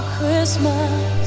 Christmas